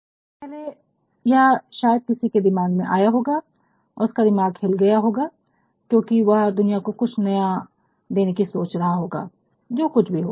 सबसे पहले यह शायद किसी के दिमाग में आया होगा और उसका दिमाग हिल गया होगा क्योंकि वह दुनिया को कुछ नया देने की सोच रहा होगा जो कुछ भी हो